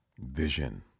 vision